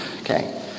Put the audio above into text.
okay